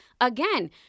Again